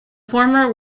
former